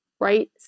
right